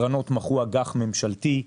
הקרנות מכרו אג"ח ממשלתי,